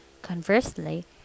Conversely